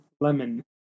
Lemon